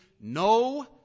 no